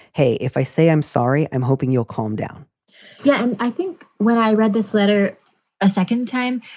hey, if i say i'm sorry, i'm hoping you'll calm down yeah. and i think when i read this letter a second time,